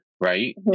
right